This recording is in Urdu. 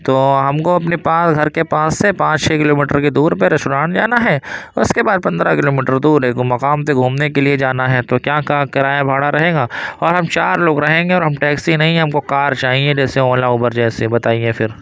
تو ہم کو اپنے پاس گھر کے پاس سے پانچ چھ کلو میٹر کی دور پہ ریسٹورانٹ جانا ہے اس کے بعد پندرہ کلو میٹر دور ایک مقام پہ گھومنے کے لیے جانا ہے تو کیا کرایہ بھاڑا رہے گا اور ہم چار لوگ رہیں گے اور ہم ٹیکسی نہیں ہم کو کار چاہیے جیسے اولا اوبر جیسے بتائیے پھر